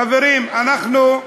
חברים, אנחנו,